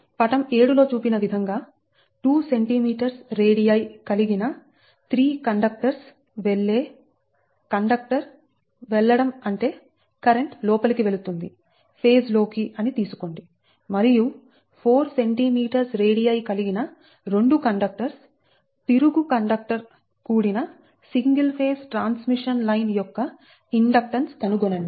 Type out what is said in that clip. పటం 7 లో చూపిన విధంగా 2cm రేడిఐ కలిగిన 3 కండక్టర్స్ వెళ్లే కండక్టర్ వెళ్లడం అంటేకరెంట్ లోపలికి వెళుతుంది ఫేజ్ లోకి అని తీసుకోండి మరియు 4cm రేడిఐ కలిగిన 2 కండక్టర్స్ తిరుగు కండక్టర్ కూడిన సింగిల్ ఫేజ్ ట్రాన్స్మిషన్ లైన్ యొక్క ఇండక్టెన్స్ కనుగొనండి